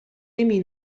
نمی